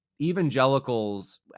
evangelicals